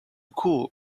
cool